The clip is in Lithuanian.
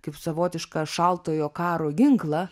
kaip savotišką šaltojo karo ginklą